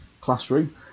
classroom